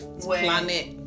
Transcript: planet